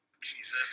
Jesus